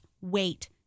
wait